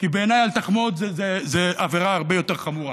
כי בעיניי "אל תחמוד" זו עבירה הרבה יותר חמורה